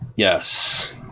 Yes